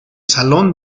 salón